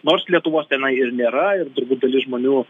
nors lietuvos tenai ir nėra ir turbūt dalis žmonių